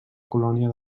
colònia